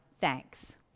thanks